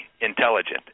intelligent